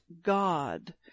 God